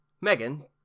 Megan